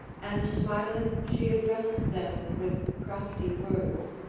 and smiling she addressed them with crafty words